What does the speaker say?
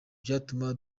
byatuma